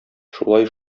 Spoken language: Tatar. шулай